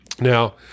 Now